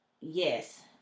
yes